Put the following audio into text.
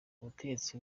ubutegetsi